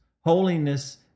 Holiness